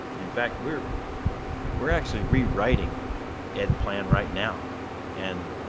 in fact we're we're actually rewriting ed plan right now and